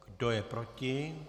Kdo je proti?